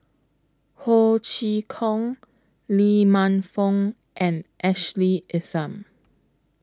Ho Chee Kong Lee Man Fong and Ashley Isham